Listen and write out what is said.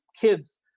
kids